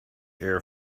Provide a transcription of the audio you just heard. air